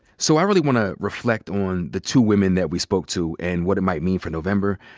so i really wanna reflect on the two women that we spoke to and what it might mean for november.